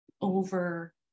over